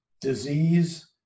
disease